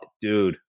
dude